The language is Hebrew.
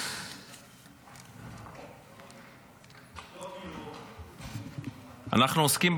אנחנו עוסקים,